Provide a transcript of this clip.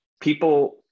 people